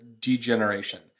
degeneration